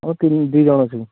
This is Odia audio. ହଉ ତିରିଶ ଦୁଇ ଜଣ ଅଛୁ